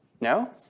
No